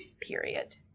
period